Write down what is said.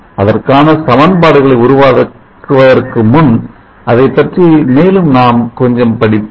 அதற்கான சமன்பாடுகளை உருவாக்குவதற்கு முன்பு அதைப்பற்றி மேலும் கொஞ்சம் நாம் படிப்போம்